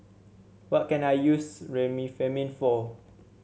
what can I use Remifemin for